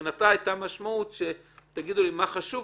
מבחינתה הייתה משמעות שיגידו לה מה חשוב,